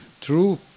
true